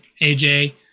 AJ